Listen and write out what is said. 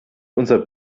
unser